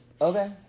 Okay